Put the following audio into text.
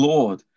Lord